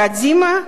קדימה,